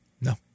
No